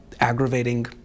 aggravating